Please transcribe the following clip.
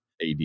AD